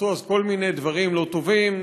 נעשו אז כל מיני דברים לא טובים,